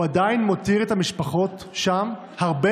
הוא עדיין מותיר את המשפחות שם הרבה